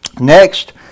Next